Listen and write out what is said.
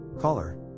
Caller